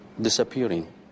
Disappearing